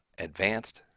advanced.